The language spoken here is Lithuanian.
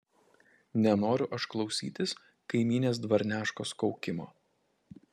nenoriu aš klausytis kaimynės dvarneškos kaukimo